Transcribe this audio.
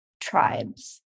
tribes